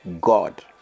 God